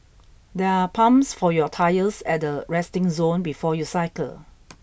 there are pumps for your tyres at the resting zone before you cycle